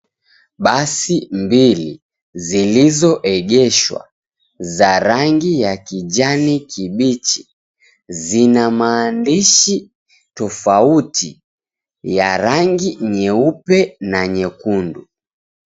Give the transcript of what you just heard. Basi mbili, zilizoegeshwa, za rangi ya kijani kibichi, zina maandishi tofauti, ya rangi nyeupe na nyekundu.